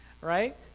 right